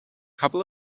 couple